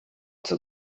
zur